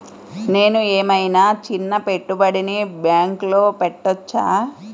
నేను ఏమయినా చిన్న పెట్టుబడిని బ్యాంక్లో పెట్టచ్చా?